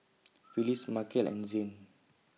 Phyllis Markel and Zane